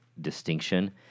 distinction